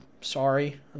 sorry